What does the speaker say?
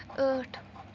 ٲٹھ